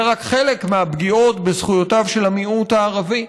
אלה רק חלק מהפגיעות בזכויותיו של המיעוט הערבי,